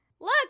Look